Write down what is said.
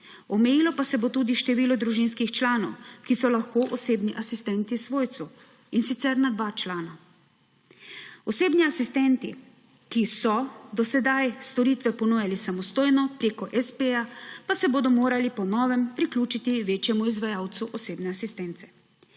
omejilo pa se bo tudi število družinskih članov, ki so lahko osebni asistenti svojcev, in sicer na dva člana. Osebni asistenti, ki so do sedaj storitve ponujali samostojno preko espeja, pa se bodo morali po novem priključiti večjemu izvajalcu osebne asistence.